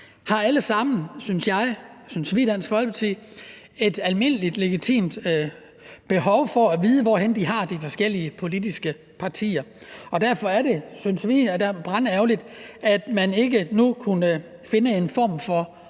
har alle sammen, synes jeg, synes vi i Dansk Folkeparti, et almindeligt legitimt behov for at vide, hvor de har de forskellige politiske partier. Derfor er det, synes vi, brandærgerligt, at man ikke kunne finde en form for